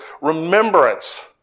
remembrance